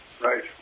Right